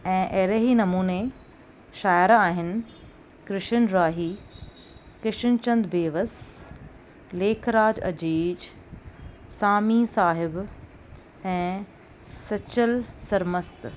ऐं अहिड़े ई नमूने शाइरु आहिनि कृष्ण राही कृष्णचंद बेवस लेखराज अजीज़ सामी साहिब ऐं सचल सरमस्तु